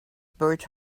bird